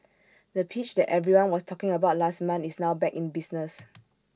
the pitch that everyone was talking about last month is now back in business